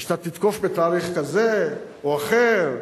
או שאתה תתקוף בתאריך זה או אחר,